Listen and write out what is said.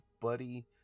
Buddy